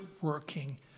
working